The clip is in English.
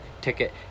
ticket